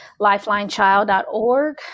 lifelinechild.org